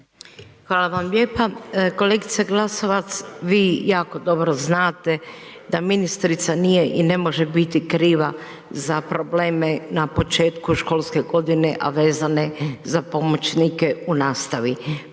Hvala vam lijepa. Kolegice Glasovac, vi jako dobro znata da ministrica nije i ne može biti kriva za probleme na početku školske godine, a vezane za pomoćnike u nastavi.